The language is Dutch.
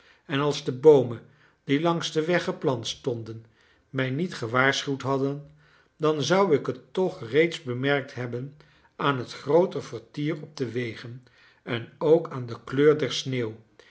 en als de boomen die langs den weg geplant stonden mij niet gewaarschuwd hadden dan zou ik het toch reeds bemerkt hebben aan het grooter vertier op de wegen en ook aan de kleur der sneeuw